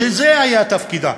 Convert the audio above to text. שזה היה תפקידה.